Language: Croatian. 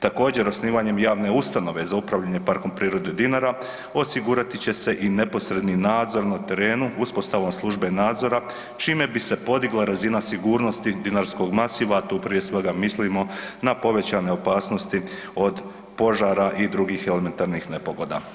Također osnivanjem javne ustanove za upravljanje Parkom prirode Dinara osigurati će se i neposredni nadzor na terenu uspostavom službe nadzora čime bi se podigla razina sigurnosti dinarskog masiva, tu prije svega mislimo na povećane opasnosti od požara i drugih elementarnih nepogoda.